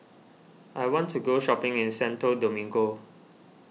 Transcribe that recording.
I want to go shopping in Santo Domingo